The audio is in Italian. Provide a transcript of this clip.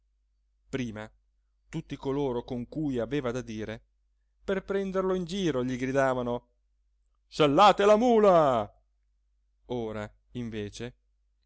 prima tutti coloro con cui aveva da dire per prenderlo in giro gli gridavano sellate la mula ora invece